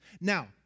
Now